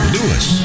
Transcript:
Lewis